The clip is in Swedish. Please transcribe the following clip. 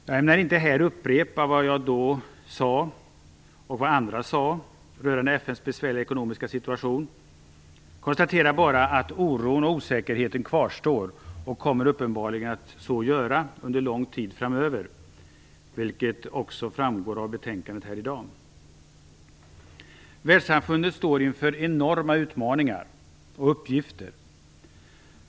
Jag ämnar inte här upprepa vad jag och andra då sade rörande FN:s besvärliga ekonomiska situation. Jag konstaterar bara att oron och osäkerheten kvarstår och uppenbarligen kommer att så göra under lång tid framöver, vilket också framgår av det betänkande som behandlas här i dag. Världssamfundet står inför enorma utmaningar och uppgifter.